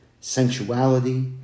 sensuality